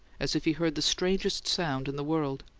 as if he heard the strangest sound in the world.